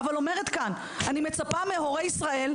אבל אני מצפה מהורי ישראל,